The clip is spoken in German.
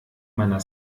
meiner